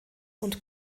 und